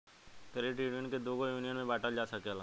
credit union के दुगो union में बॉटल जा सकेला